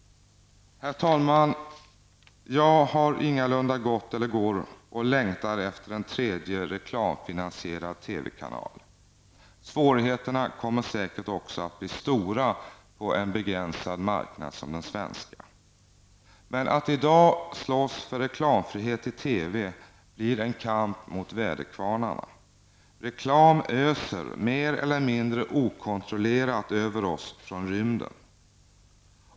Fru talman! Jag går ingalunda och längtar efter en tredje reklamfinansierad TV-kanal. Svårigheterna kommer säkert också att bli stora på en så begränsad marknad som den svenska. Men att i dag slåss för reklamfrihet i TV blir en kamp mot väderkvarnarna. Reklam öser mer eller mindre okontrollerat över oss från rymden.